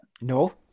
No